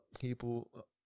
people